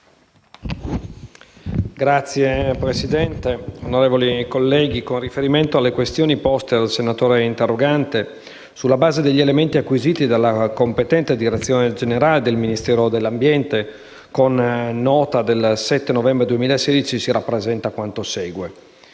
Signor Presidente, onorevoli colleghi, con riferimento alle questioni poste dal senatore interrogante, sulla base degli elementi acquisiti dalla competente direzione generale del Ministero dell'ambiente con nota del 7 novembre 2016, si rappresenta quanto segue.